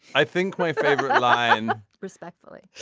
i think my favorite line respectfully